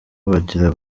bagira